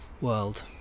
world